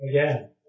Again